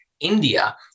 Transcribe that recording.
India